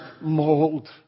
mold